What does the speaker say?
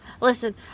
Listen